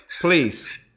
Please